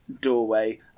doorway